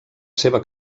seva